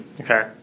okay